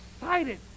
excited